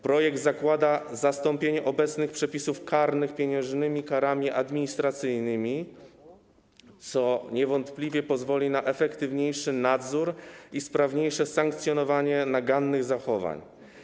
Projekt zakłada zastąpienie obecnych przepisów karnych pieniężnymi karami administracyjnymi, co niewątpliwie pozwoli na efektywniejszy nadzór i sprawniejsze sankcjonowanie nagannych zachowań.